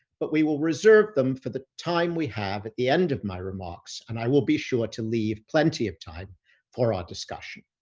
but we will reserve them for the time we have at the end of my remarks and i will be sure to leave plenty of time for our discussion.